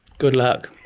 good luck.